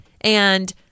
And-